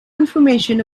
information